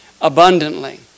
abundantly